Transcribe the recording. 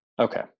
Okay